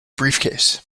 briefcase